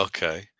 Okay